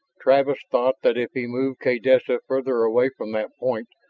travis thought that if he moved kaydessa farther away from that point,